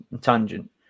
tangent